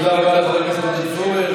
תודה רבה לחבר הכנסת עודד פורר.